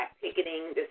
Picketing